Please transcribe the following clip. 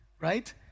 Right